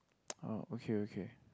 orh okay okay